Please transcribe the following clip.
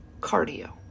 Cardio